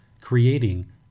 creating